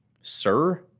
Sir